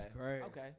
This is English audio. Okay